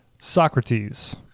Socrates